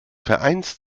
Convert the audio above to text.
vereins